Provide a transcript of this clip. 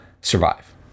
survive